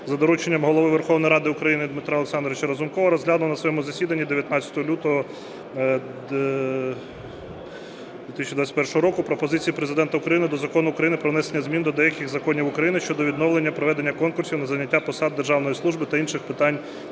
за дорученням Голови Верховної Ради України Дмитра Олександровича Разумкова розглянув на своєму засіданні 19 лютого 2021 року пропозиції Президента України до Закону України "Про внесення змін до деяких законів України щодо відновлення проведення конкурсів на зайняття посад державної служби та інших питань